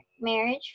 Marriage